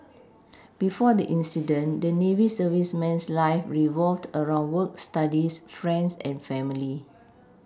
before the incident the Navy serviceman's life revolved around work Studies friends and family